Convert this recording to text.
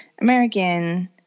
American